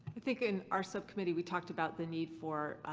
i think in our subcommittee we talked about the need for